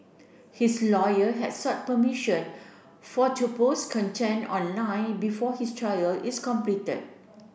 his lawyer had sought permission for to post content online before his trial is completed